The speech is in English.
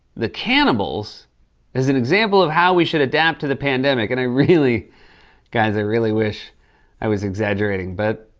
the cannibals as an example of how we should adapt to the pandemic. and i really guys, i really wish i was exaggerating, but,